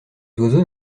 oiseaux